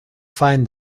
find